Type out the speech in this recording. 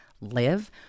live